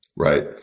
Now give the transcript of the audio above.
Right